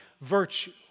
virtue